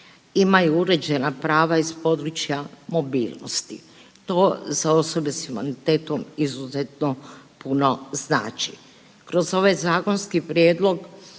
imaju uređena prava iz područja mobilnosti. To za osobe sa invaliditetom izuzetno puno znači. Kroz ovaj zakonski prijedlog